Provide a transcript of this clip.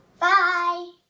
Bye